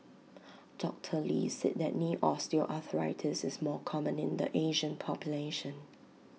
doctor lee said that knee osteoarthritis is more common in the Asian population